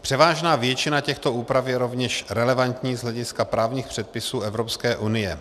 Převážná většina těchto úprav je rovněž relevantní z hlediska právních předpisů Evropské unie.